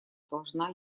должна